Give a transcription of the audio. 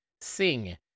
sing